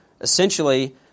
essentially